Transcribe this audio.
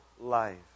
life